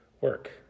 work